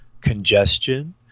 congestion